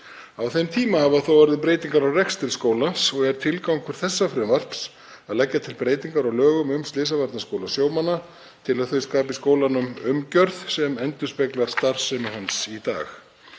Á þeim tíma hafa þó orðið nokkrar breytingar á rekstri skólans og er tilgangur þessa frumvarps að leggja til breytingar á lögum um Slysavarnaskóla sjómanna til að þau skapi skólanum umgjörð sem endurspeglar starfsemi hans í dag.